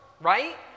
Right